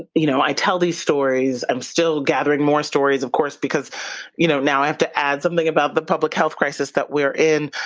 ah you know i tell these stories, i'm still gathering more stories of course, because you know now i have to add something about the public health crisis that we're in.